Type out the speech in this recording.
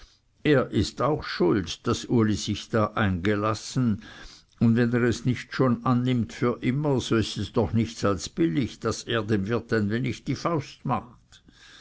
er ist auch schuld daß uli sich da eingelassen und wenn er es schon nicht annimmt für immer so ist es doch nichts als billig daß er dem wirt ein wenig die faust macht